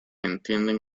entienden